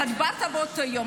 אתה דיברת באותו יום.